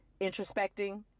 introspecting